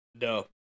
No